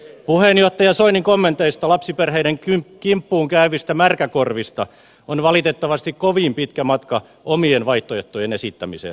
puheenjohtaja soinin kommenteista lapsiperheiden kimppuun käyvistä märkäkorvista on valitettavasti kovin pitkä matka omien vaihtoehtojen esittämiseen